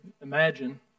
imagine